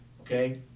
Okay